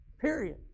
period